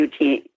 ut